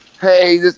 hey